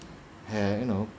had you know